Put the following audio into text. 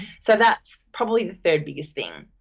so, that's probably the third biggest thing.